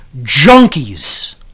junkies